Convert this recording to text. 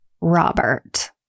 Robert